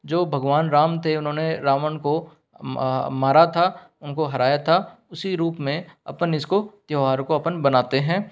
जो भगवान राम थे उन्होंने रावण को मारा था उनको हराया था उसी रूप में अपन इसको त्यौहार को अपन बनाते हैं